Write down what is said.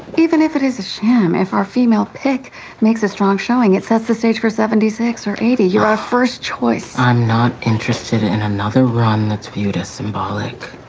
even if it is a sham. if our female pick makes a strong showing, it sets the stage for seventy or eighty. you're our first choice i'm not interested in another run that's viewed as symbolic